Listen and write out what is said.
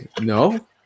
No